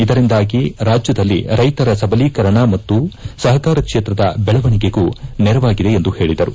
ಇದರಿಂದಾಗಿ ರಾಜ್ಯದಲ್ಲಿ ರೈತರ ಸಬಲೀಕರಣ ಮತ್ತು ಸಹಕಾರ ಕ್ಷೇತ್ರದ ಬೆಳವಣಿಗೆಗೂ ನೆರವಾಗಿದೆ ಎಂದು ಹೇಳಿದರು